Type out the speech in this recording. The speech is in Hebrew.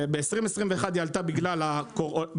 ב2020-2021 היא עלתה בגלל הקורונה,